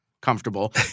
comfortable